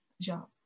job